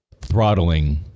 throttling